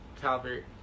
Calvert